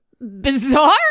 Bizarre